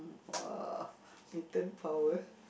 !wah! mutant power